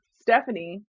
Stephanie